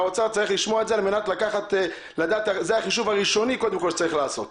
והאוצר צריך לשמוע זה החישוב הראשוני קודם כל שצריך לעשות.